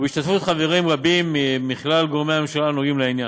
ובהשתתפות חברים רבים מכלל גורמי הממשלה הנוגעים לעניין: